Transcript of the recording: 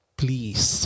please